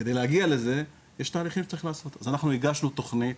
אתה תפגע